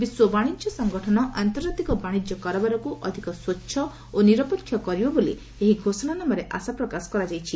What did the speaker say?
ବିଶ୍ୱ ବାଣିଜ୍ୟ ସଂଗଠନ ଆନ୍ତର୍ଜାତିକ ବାଶିଜ୍ୟ କାରବାରକୁ ଅଧିକ ସ୍ପଚ୍ଛ ଓ ନିରପେକ୍ଷ କରିବ ବୋଲି ଏହି ଘୋଷଣାନାମାରେ ଆଶା ପ୍ରକାଶ କରାଯାଇଛି